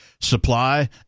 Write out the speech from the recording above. supply